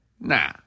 Nah